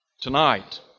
Tonight